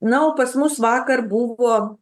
na o pas mus vakar buvo